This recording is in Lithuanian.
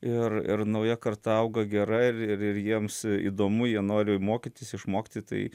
ir ir nauja karta auga gera ir ir jiems įdomu jie nori mokytis išmokti tai